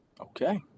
Okay